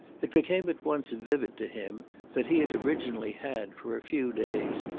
it became at once vivid to him that he had originally had, for a few days,